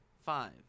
five